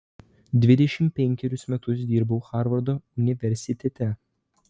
dvidešimt penkerius metus dirbau harvardo universitete